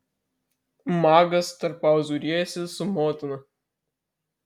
magas tarp pauzių riejasi su motina